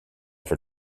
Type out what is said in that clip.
for